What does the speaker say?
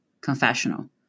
confessional